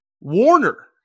Warner